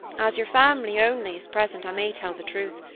as your family, only, is present, i may tell the truth.